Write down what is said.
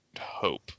Hope